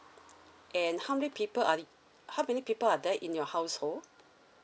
and how many people are how many people are there in your household